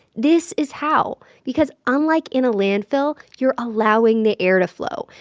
this is how, because unlike in a landfill, you're allowing the air to flow.